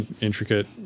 intricate